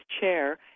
chair